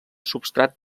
substrat